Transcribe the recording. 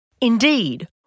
Indeed